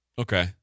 Okay